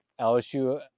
LSU